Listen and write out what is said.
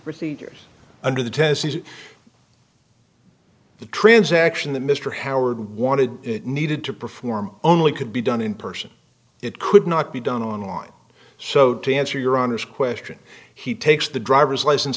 procedures under the testes the transaction that mr howard wanted needed to perform only could be done in person it could not be done online so to answer your honor's question he takes the driver's license